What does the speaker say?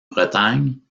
bretagne